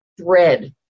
thread